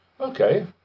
Okay